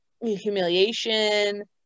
humiliation